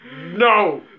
No